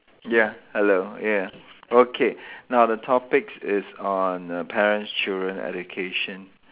ya hello yeah okay now the topics is on err parents children education